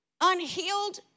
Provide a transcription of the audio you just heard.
unhealed